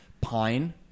Pine